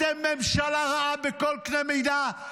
אתם ממשלה רעה בכל קנה מידה,